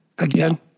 Again